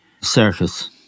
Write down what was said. circus